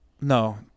no